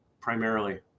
primarily